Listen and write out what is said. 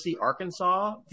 Arkansas